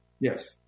Yes